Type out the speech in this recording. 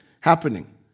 happening